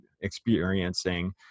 experiencing